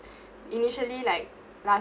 initially like last